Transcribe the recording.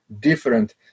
different